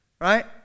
Right